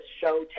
show